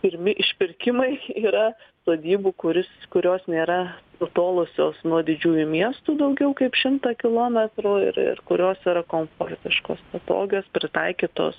pirmi išpirkimai yra sodybų kuris kurios nėra nutolusios nuo didžiųjų miestų daugiau kaip šimtą kilometrų ir ir kurios yra komfortiškos patogios pritaikytos